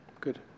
Good